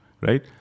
Right